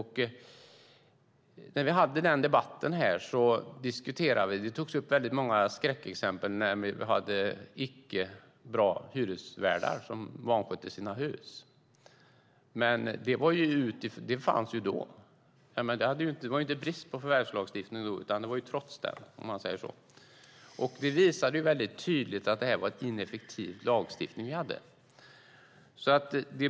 När vi debatterade den togs det upp många skräckexempel på dåliga hyresvärdar som vanskötte sina hus. Det var då inte en brist i förvärvslagstiftningen, utan det var trots den. Det visade tydligt att det var en ineffektiv lagstiftning som vi hade.